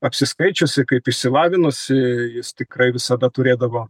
apsiskaičiusį kaip išsilavinusį jis tikrai visada turėdavo